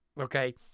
okay